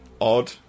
odd